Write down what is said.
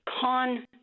con